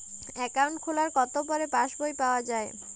Account খোলার কতো পরে পাস বই পাওয়া য়ায়?